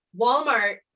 Walmart